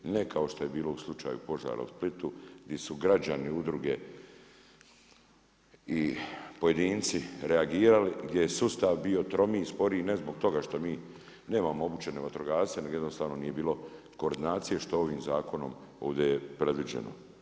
Ne kao što je bilo slučaja požara u Splitu, gdje su građani udruge i pojedinci reagirali gdje je sustav bio tromiji, sporiji ne zbog toga što mi nemamo obučene vatrogasce, nego jednostavno nije bilo koordinacije što ovim zakonom je ovdje predviđeno.